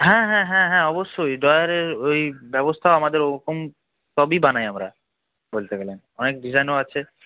হ্যাঁ হ্যাঁ হ্যাঁ হ্যাঁ অবশ্যই ড্রয়ারে ওই ব্যবস্থা আমাদের ওইরকম সবই বানাই আমরা বলতে গেলে অনেক ডিজাইনও আছে